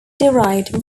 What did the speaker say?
derived